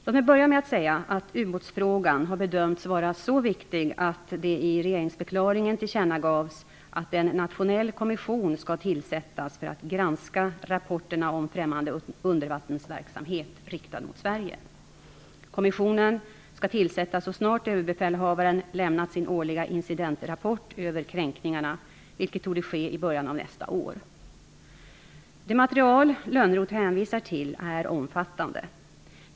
Låt mig börja med att säga att ubåtsfrågan har bedömts vara så viktig att det i regeringsförklaringen tillkännagavs att en nationell kommission skall tillsättas för att granska rapporterna om främmande undervattensverksamhet riktad mot Sverige. Kommissionen skall tillsättas så snart överbefälhavaren lämnat sin årliga incidentrapport över kränkningarna, vilket torde ske i början av nästa år. Det material Lönnroth hänvisar till är omfattande.